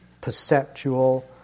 perceptual